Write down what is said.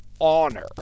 honor